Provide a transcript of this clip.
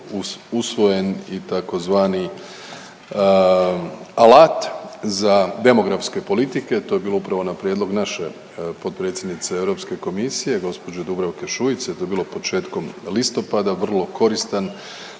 usvojen i tzv. alat za demografske politike. To je bilo upravo na prijedlog naše potpredsjednice Europske komisije gđe. Dubravke Šuice, to je bilo početkom listopada, vrlo koristan